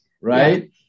right